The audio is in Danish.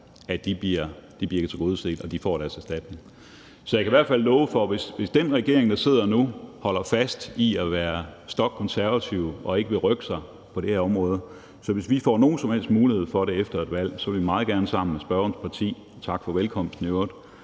bliver tilgodeset, og at de får deres erstatning. Så jeg kan i hvert fald love for, at hvis den regering, der sidder nu, holder fast i at være stokkonservativ og ikke vil rykke sig på det her område, vil vi meget gerne, hvis vi får nogen som helst mulighed for det efter et valg, sammen med spørgerens parti – tak for velkomsten i øvrigt